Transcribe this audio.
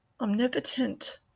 omnipotent